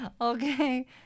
Okay